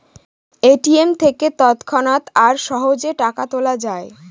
ATM থেকে তৎক্ষণাৎ আর সহজে টাকা তোলা যায়